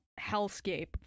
hellscape